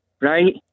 right